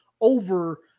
over